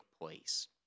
place